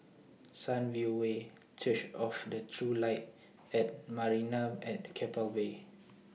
Sunview Way Church of The True Light and Marina At Keppel Bay